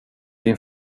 din